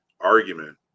argument